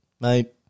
mate